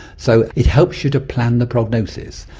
so it helps you to plan the prognosis.